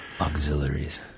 Auxiliaries